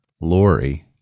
Lori